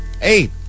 hey